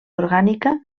orgànica